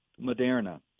Moderna